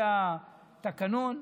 זה התקנון.